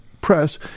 press